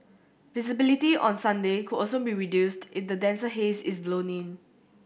visibility on Sunday could also be reduced if the denser haze is blown in